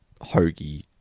hoagie